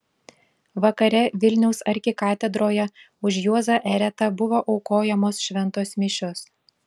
vakare vilniaus arkikatedroje už juozą eretą buvo aukojamos šventos mišios